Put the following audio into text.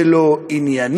זה לא ענייני,